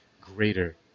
greater